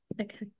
Okay